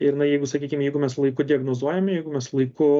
ir na jeigu sakykim jeigu mes laiku diagnozuojame jeigu mes laiku